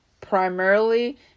primarily